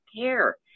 care